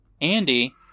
Andy